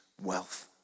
wealth